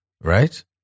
right